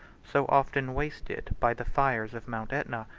so often wasted by the fires of mount aetna,